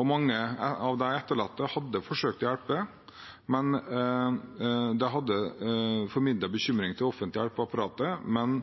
Mange av de etterlatte hadde forsøkt å hjelpe. De hadde formidlet bekymring til det offentlige hjelpeapparatet, men